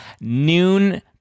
noon